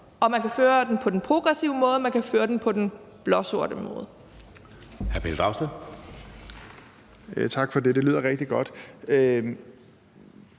Man kan føre den på den progressive måde, og man kan føre den på den blåsorte måde.